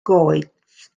goets